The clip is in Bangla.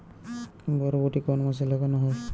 বরবটি কোন মাসে লাগানো হয়?